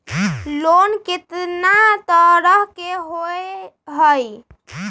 Loan केतना तरह के होअ हई?